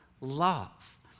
love